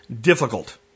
difficult